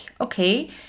okay